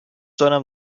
دارم